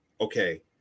Okay